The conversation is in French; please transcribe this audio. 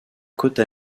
côte